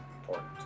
important